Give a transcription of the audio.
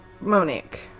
Monique